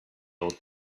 old